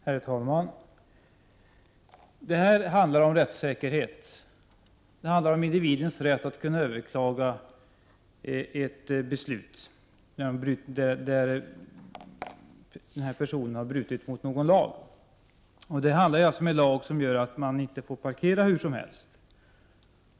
Herr talman! Det vi talar om handlar om rättssäkerhet. Det gäller individens rätt att kunna överklaga ett beslut när denne har brutit mot någon lag. I det här fallet handlar det om en lag, som säger att man inte får parkera hur som helst.